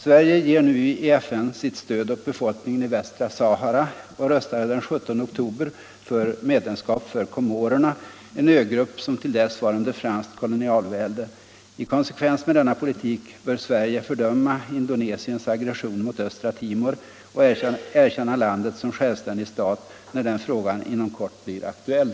Sverige ger nu i FN sitt stöd åt befolkningen i västra Sahara och röstade den 17 oktober för medlemskap för Comorerna, en ögrupp som till dess var under franskt kolonialvälde. I konsekvens med denna politik bör Sverige fördöma Indonesiens aggression mot östra Timor och erkänna landet som självständig stat, när den frågan inom kort sannolikt blir aktuell.